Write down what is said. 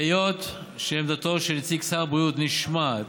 היות שעמדתו של נציג שר הבריאות נשמעת